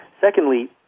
Secondly